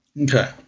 Okay